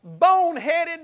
boneheaded